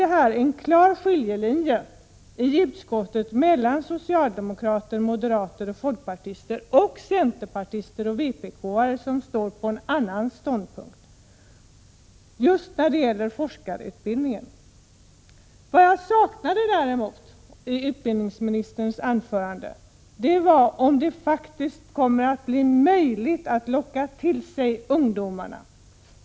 Det finns en klar skiljelinje i utskottet mellan å ena sidan socialdemokrater, moderater och folkpartister och å den andra centerpartister och vpk:are, som intar en annan ståndpunkt just när det gäller forskarutbildningen. Vad jag däremot saknade i utbildningsministerns anförande var ett klargörande av om han tror att det faktiskt kommer att bli möjligt att locka till sig ungdomarna.